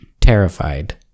terrified